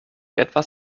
etwas